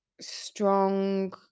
strong